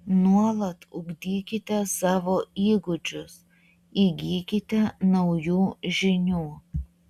nuolat ugdykite savo įgūdžius įgykite naujų žinių